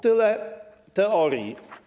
Tyle teorii.